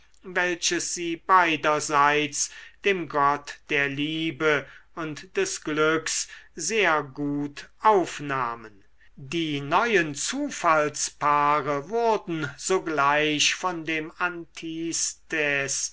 welches sie beiderseits dem gott der liebe und des glücks sehr gut aufnahmen die neuen zufallspaare wurden sogleich von dem antistes